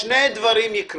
שני דברים יקרו.